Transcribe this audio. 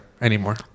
Anymore